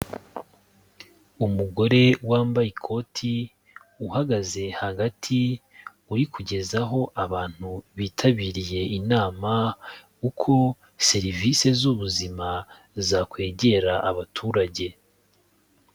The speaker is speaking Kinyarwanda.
Umugore wambaye ikoti, uhagaze hagati uri kugezaho abantu bitabiriye inama, uko serivise z'ubuzima zakwegera abaturage.